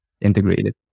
integrated